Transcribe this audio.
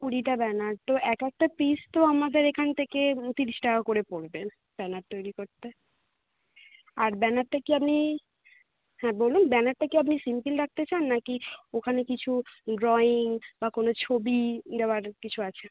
কুড়িটা ব্যানার তো এক একটা পিস তো আমাদের এখান থেকে তিরিশ টাকা করে পড়বে ব্যানার তৈরি করতে আর ব্যানারটা কি আপনি হ্যাঁ বলুন ব্যানারটা কি আপনি সিম্পিল রাখতে চান নাকি ওখানে কিছু ড্রয়িং বা কোনো ছবি দেওয়ার কিছু আছে